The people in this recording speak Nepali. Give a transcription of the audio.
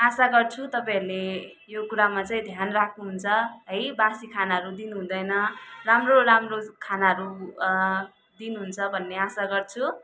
आशा गर्छु तपाईँहरूले यो कुरामा चाहिँ ध्यान राख्नुहुन्छ है बासी खानाहरू दिनु हुँदैन राम्रो राम्रो खानाहरू दिनुहुन्छ भन्ने आशा गर्छु